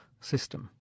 system